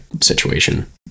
situation